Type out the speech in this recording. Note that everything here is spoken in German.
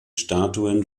statuen